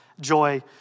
joy